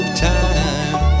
time